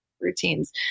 routines